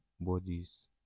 bodies